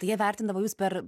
tai jie vertindavo jus per